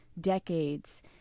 decades